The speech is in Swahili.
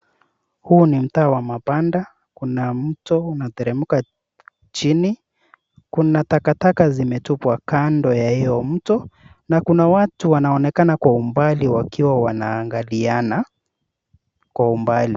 Huu ni mtaa wa mabanda kuna mto unateremka chini. Kuna takataka zimetupwa kando ya hiyo mto. Kuna watu wanaonekana kwa umbali wakiwa wana angaliana kwa umbali.